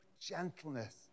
gentleness